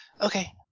okay